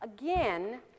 Again